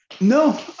No